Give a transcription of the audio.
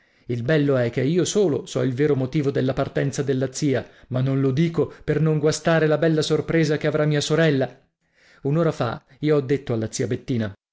il bello è che io solo so il vero motivo della partenza della zia ma non lo dico per non guastare la bella sorpresa che avrà mia sorella un'ora fa io ho detto alla zia bettina